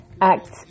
act